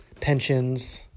pensions